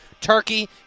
Turkey